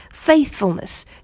faithfulness